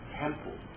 Temple